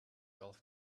golf